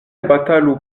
batalu